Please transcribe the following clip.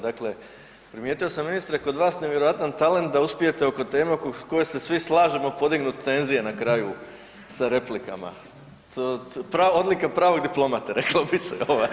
Dakle, primijetio sam ministre kod vas nevjerojatan talent da uspijete oko teme oko koje se svi slažemo podignut tenzije na kraju sa replika, odlika pravog diplomata reklo bi se.